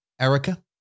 Erica